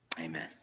Amen